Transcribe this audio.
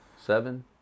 Seven